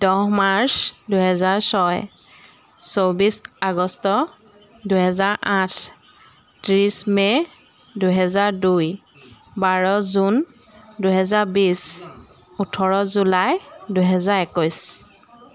দহ মাৰ্চ দুহেজাৰ ছয় চৌবিছ আগষ্ট দুহেজাৰ আঠ ত্ৰিছ মে' দুহেজাৰ দুই বাৰ জুন দুহেজাৰ বিছ ওঠৰ জুলাই দুহেজাৰ একৈছ